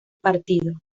partido